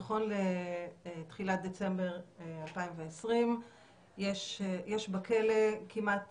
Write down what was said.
נכון לתחילת דצמבר 2020 יש בכלא כמעט